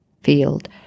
field